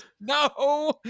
No